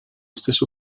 stesso